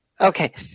Okay